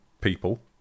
people